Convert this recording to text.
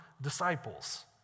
disciples